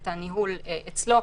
את הניהול אצלו,